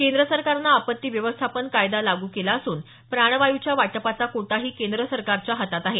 केंद्र सरकारनं आपत्ती व्यवस्थापन कायदा लागू केला असून प्राणवायुच्या वाटपाचा कोटाही केंद्र सरकारच्या हातात आहे